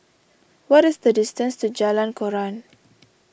what is the distance to Jalan Koran